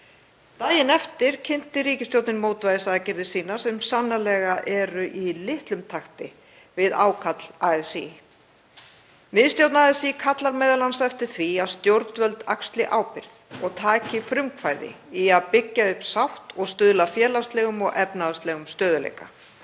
Daginn eftir kynnti ríkisstjórnin mótvægisaðgerðir sínar sem sannarlega eru í litlum takti við ákall ASÍ. Miðstjórn ASÍ kallar m.a. eftir því að stjórnvöld axli ábyrgð og taki frumkvæði í að byggja upp sátt og stuðla að félagslegum og efnahagslegum stöðugleika.